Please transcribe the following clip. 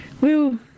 Woo